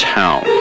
town